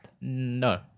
No